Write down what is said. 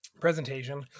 presentation